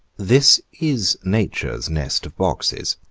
this is nature's nest of boxes